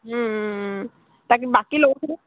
তাকে বাকী লগৰখিনি